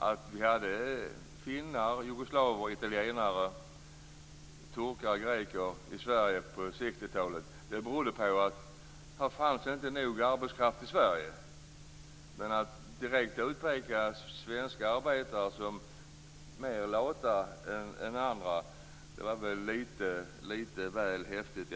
Att det fanns finnar, jugoslaver, italienare, turkar och greker i Sverige på 60-talet berodde på att det inte fanns nog med arbetskraft i Sverige. Men att direkt utpeka svenska arbetare som mer lata än andra är väl litet väl häftigt.